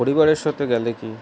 পরিবারের সাথে গেলে কি